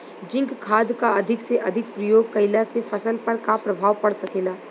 Zinc खाद क अधिक से अधिक प्रयोग कइला से फसल पर का प्रभाव पड़ सकेला?